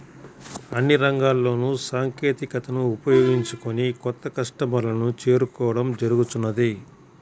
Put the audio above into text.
అన్ని రంగాల్లోనూ సాంకేతికతను ఉపయోగించుకొని కొత్త కస్టమర్లను చేరుకోవడం జరుగుతున్నది